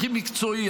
הכי מקצועי,